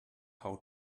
how